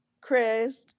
Chris